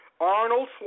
Arnold